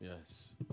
Yes